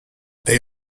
they